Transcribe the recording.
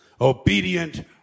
obedient